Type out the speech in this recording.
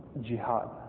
jihad